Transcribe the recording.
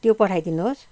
त्यो पठाइ दिनुहोस्